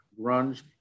grunge